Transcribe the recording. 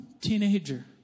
teenager